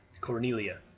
Cornelia